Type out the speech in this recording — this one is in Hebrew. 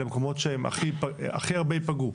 אלה המקומות שהכי הרבה ייפגעו